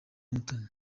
mutoni